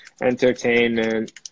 Entertainment